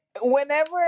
Whenever